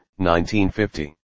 1950